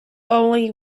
only